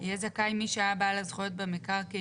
יהיה זכאי מי שהיה בעל הזכויות במקרקעין